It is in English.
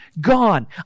gone